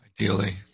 ideally